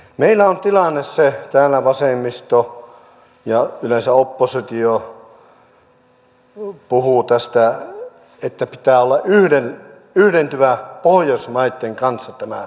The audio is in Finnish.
meillä on tilanne se täällä vasemmisto ja yleensä oppositio puhuvat tästä että pitää olla yhdentyvä pohjoismaitten kanssa tämä lainsäädäntö